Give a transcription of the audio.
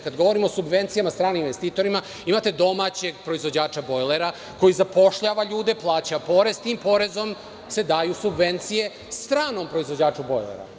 Kada govorimo o subvencijama stranih investitora, imate domaćeg proizvođača bojlera koji zapošljava ljude, plaća porez i tim porezom se daju subvencije stranom proizvođaču bojlera.